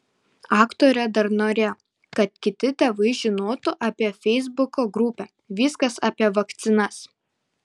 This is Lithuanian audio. aktorė dar norėjo kad kiti tėvai žinotų apie feisbuko grupę viskas apie vakcinas